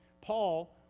Paul